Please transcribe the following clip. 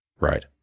Right